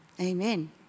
Amen